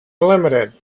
limited